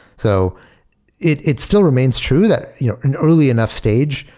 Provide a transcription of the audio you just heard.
so it it still remains true that you know in early enough stage,